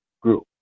group